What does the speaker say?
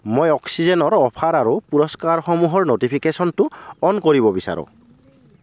মই অক্সিজেনৰ অফাৰ আৰু পুৰস্কাৰসমূহৰ ন'টিফিকেশ্যনটো অন কৰিব বিচাৰোঁ